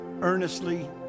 earnestly